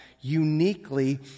uniquely